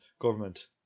government